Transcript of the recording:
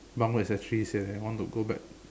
bunk mate actually said that want to go back